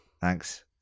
Thanks